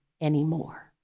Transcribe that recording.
anymore